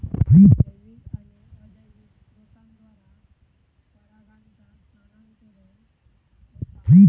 जैविक आणि अजैविक स्त्रोतांद्वारा परागांचा स्थानांतरण होता